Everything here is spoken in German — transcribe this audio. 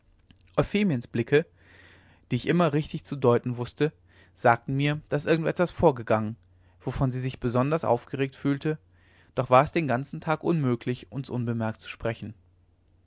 blicke die ich immer richtig zu deuten wußte sagten mir daß irgend etwas vorgegangen wovon sie sich besonders aufgeregt fühlte doch war es den ganzen tag unmöglich uns unbemerkt zu sprechen